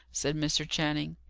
said mr. channing.